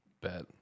Bet